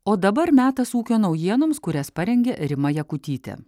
o dabar metas ūkio naujienoms kurias parengė rima jakutytė